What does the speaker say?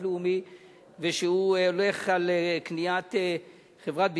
לאומי ושהוא הולך על קניית חברת ביטוח,